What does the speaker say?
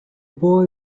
boy